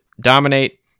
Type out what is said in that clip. dominate